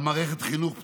על מערכת חינוך פתוחה,